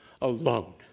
alone